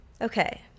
Okay